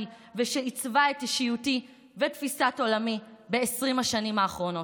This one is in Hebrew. ושעיצבה את אישיותי ואת תפיסת עולמי ב-20 השנים האחרונות.